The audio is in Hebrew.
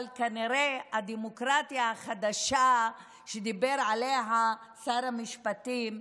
אבל כנראה הדמוקרטיה החדשה שדיבר עליה שר המשפטים,